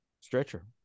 Stretcher